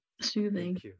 soothing